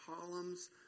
columns